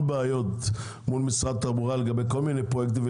בעיות מול משרד התחבורה לגבי כל מיני פרויקטים,